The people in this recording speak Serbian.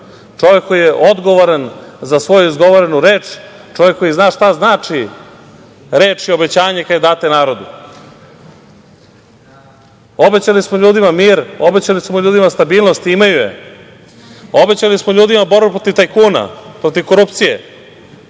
čovek koji je odgovoran za svoju izgovorenu reč, čovek koji zna šta znači reč i obećanje kada je date narodu. Obećali smo ljudima mir, obećali smo ljudima stabilnost i imaju je. Obećali smo ljudima borbu protiv tajkuna, protiv korupcije.